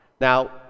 Now